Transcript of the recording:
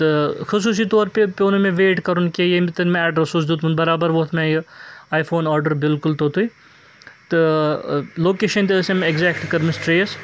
تہٕ خصوٗصی طور پے پیوٚو نہٕ مےٚ ویٹ کَرُن کینٛہہ ییٚمہِ تن مےٚ اٮ۪ڈرَس اوس دیُتمُت بَرابر ووت مےٚ یہِ آی فون آرڈَر بِلکُل توٚتُے تہٕ لوکیشَن تہِ ٲس أمۍ ایٚکزیکٹ کٔرمٕژ ٹرٛیس